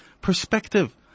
perspective